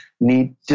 need